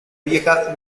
vieja